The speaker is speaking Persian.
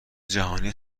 جهانی